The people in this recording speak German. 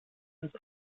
ins